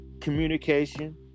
communication